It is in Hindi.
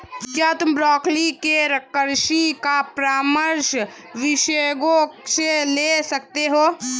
क्या तुम ब्रोकोली के कृषि का परामर्श विशेषज्ञों से ले सकते हो?